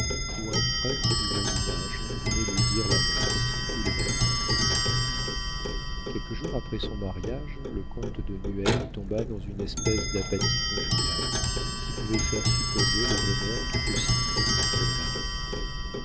où un prêtre du voisinage venait lui dire la messe tous les matins quelques jours après son mariage le comte de nueil tomba dans une espèce d'apathie conjugale qui pouvait faire supposer le bonheur tout aussi bien que le malheur